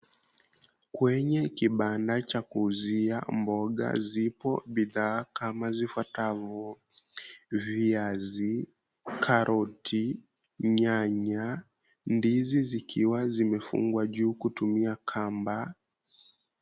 Kwenye kibanda cha kuuzia mboga zipo bidhaa kama vifuatavyo viazi, karoti, nyanya, ndizi zikiwa zimefungwa juu kutumia kamba.